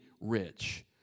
rich